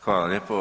Hvala lijepo.